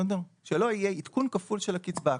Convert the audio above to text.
שלא יהיה עדכון כפול של הקצבה,